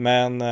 Men